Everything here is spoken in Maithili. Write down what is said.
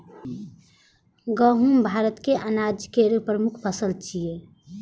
गहूम भारतक अनाज केर प्रमुख फसल छियै